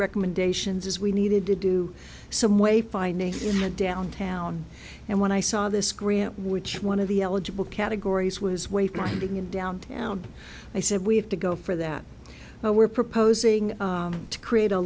recommendations is we needed to do some way find a few in the downtown and when i saw this grant which one of the eligible categories was way finding in downtown i said we have to go for that but we're proposing to create a